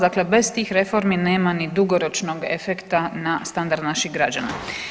Dakle, bez tih reformi nema ni dugoročnog efekta na standard naših građana.